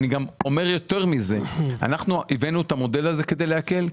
אני אומר יותר מזה: אנחנו הבאנו את המודל הזה כדי להקל,